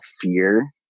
fear